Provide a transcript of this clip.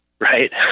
right